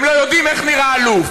הם לא יודעים איך נראה אלוף,